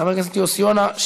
חבר הכנסת יוסי יונה.